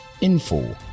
info